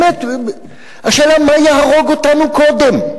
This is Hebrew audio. באמת, השאלה מה יהרוג אותנו קודם,